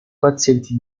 pazienti